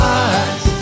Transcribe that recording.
eyes